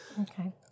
okay